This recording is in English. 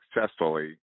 successfully